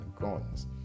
guns